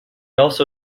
also